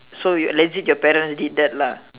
so you legit your parents did that lah